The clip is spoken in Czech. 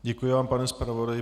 Děkuji vám, pane zpravodaji.